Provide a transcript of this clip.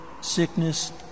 sickness